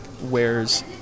wears